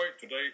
today